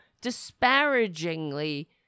disparagingly